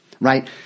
right